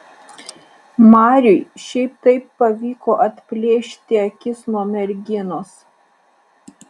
mariui šiaip taip pavyko atplėšti akis nuo merginos